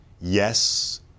yes